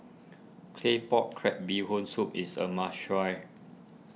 Claypot Crab Bee Hoon Soup is a must try